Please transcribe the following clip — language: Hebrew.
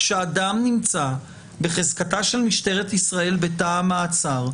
כאשר אדם נמצא בחזקתה של משטרתי ישראל בתא המעצר,